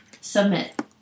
Submit